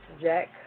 Jack